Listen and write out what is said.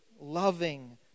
loving